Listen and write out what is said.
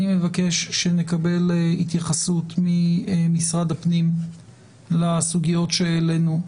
אני מבקש שנקבל במהלך השבוע התייחסות ממשרד הפנים לסוגיות שהעלינו.